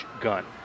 gun